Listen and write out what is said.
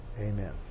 Amen